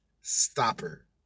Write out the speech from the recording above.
stopper